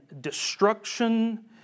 destruction